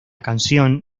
canción